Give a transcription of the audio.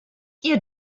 ihr